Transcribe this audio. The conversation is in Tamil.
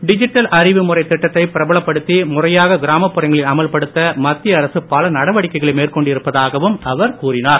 டிஜிட்டல் அறிவு முறைத் திட்டத்தைப் பிரபலப்படுத்தி முறையாக கிராமப்புறங்களில் அமல்படுத்த மத்திய அரசு பல நடவடிக்கைகளை மேற்கொண்டு இருப்பதாகவும் அவர் கூறினார்